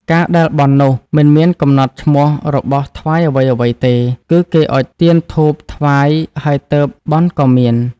ការដែលបន់នោះ មិនមានកំណត់ឈ្មោះរបស់ថ្វាយអ្វីៗទេ គឺគេអុជទៀនធូបថ្វាយហើយទើបបន់ក៏មាន